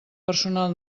personal